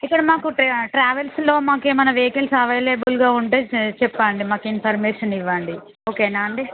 ఇక్కడ మాకు టా ట్రావెల్స్లో మాకేమైనా వెహికల్స్ అవైలబుల్గా ఉంటే చె చెప్పండి మాకు ఇన్ఫర్మేషన్ ఇవ్వండి ఓకేనా అండి